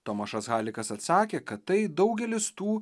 tomašas halikas atsakė kad tai daugelis tų